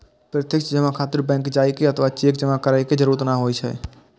प्रत्यक्ष जमा खातिर बैंक जाइ के अथवा चेक जमा करै के जरूरत नै होइ छै